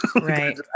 right